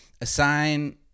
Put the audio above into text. assign